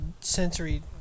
sensory